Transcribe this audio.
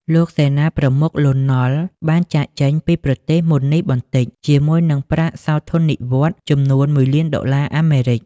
លោកសេនាប្រមុខ លន់ នល់ បានចាកចេញពីប្រទេសមុននេះបន្តិចជាមួយនឹងប្រាក់សោធននិវត្តន៍ចំនួន ១ លានដុល្លារអាមេរិក។